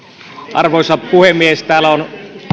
arvoisa puhemies täällä on